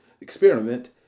experiment